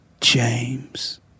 James